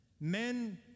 Men